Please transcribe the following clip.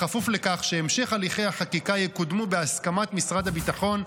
בכפוף לכך שהמשך הליכי החקיקה יקודמו בהסכמת משרד הביטחון,